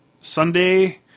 Sunday